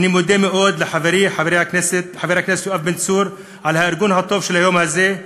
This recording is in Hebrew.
אני מודה מאוד לחברי חבר הכנסת יואב בן צור על הארגון הטוב של היום הזה,